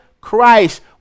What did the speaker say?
Christ